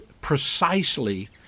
precisely